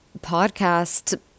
podcast